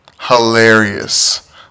hilarious